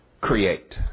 create